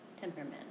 temperament